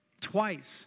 Twice